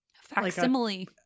facsimile